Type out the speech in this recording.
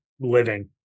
living